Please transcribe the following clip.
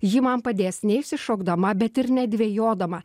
ji man padės neišsišokdama bet ir nedvejodama